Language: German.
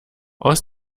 aus